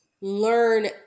learn